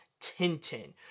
Tintin